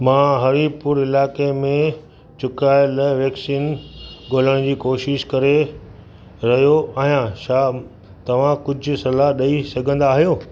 मां हरिपुर इलाइक़े में चुकायल वैक्सीन ॻोल्हण जी कोशिश करे रहियो आहियां छा तव्हां कुझु सलाहु ॾेई सघंदा आहियो